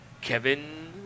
Kevin